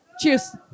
Cheers